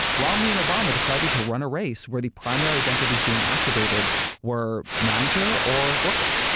romney and obama decided to run a race where the primary identities being activated were manager or worker.